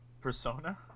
Persona